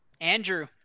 Andrew